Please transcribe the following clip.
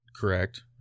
Correct